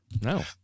No